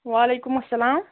وَعلیکُم اَسَلام